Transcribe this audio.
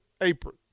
apron